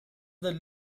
del